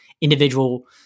individual